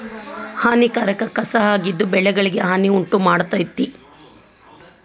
ಹಾನಿಕಾರಕ ಕಸಾ ಆಗಿದ್ದು ಬೆಳೆಗಳಿಗೆ ಹಾನಿ ಉಂಟಮಾಡ್ತತಿ